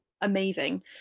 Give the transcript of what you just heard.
amazing